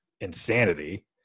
insanity